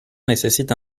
nécessite